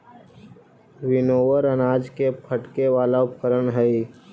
winnower अनाज के फटके वाला उपकरण हई